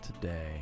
today